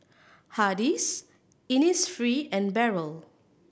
Hardy's Innisfree and Barrel